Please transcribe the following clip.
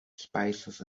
spices